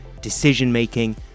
decision-making